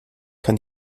kann